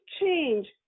change